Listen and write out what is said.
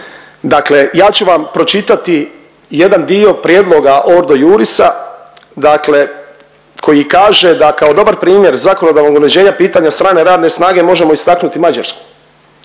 Dakle, ja ću vam pročitati jedan dio prijedloga „Ordo Iurisa“ dakle koji kaže da kao dobar primjer zakonodavnog uređenja pitanja strane radne snage možemo istaknuti Mađarsku.